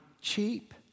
cheap